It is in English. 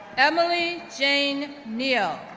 emily jane neel,